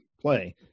play